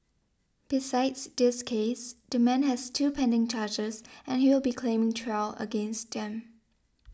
besides this case the man has two pending charges and he will be claiming trial against them